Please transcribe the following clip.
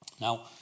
now